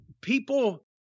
people